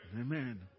amen